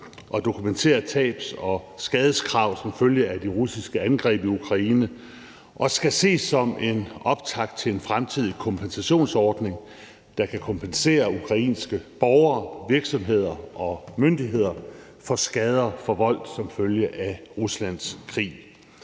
at dokumentere tabs- og skadeskrav som følge af de russiske angreb i Ukraine og skal ses som en optakt til en fremtidig kompensationsordning, der kan kompensere ukrainske borgere, virksomheder og myndigheder for skader forvoldt som følge af Ruslands krig.